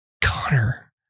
Connor